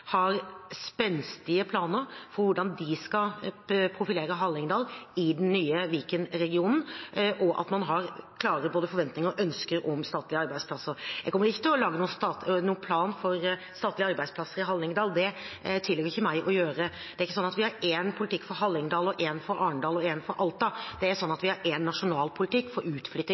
i den nye Viken-regionen, og at man har klare både forventninger og ønsker om statlige arbeidsplasser. Jeg kommer ikke til å lage noen plan for statlige arbeidsplasser i Hallingdal, det tilligger det ikke meg å gjøre. Det er ikke sånn at vi har én politikk for Hallingdal, én for Arendal og én for Alta. Vi har én nasjonal politikk for utflytting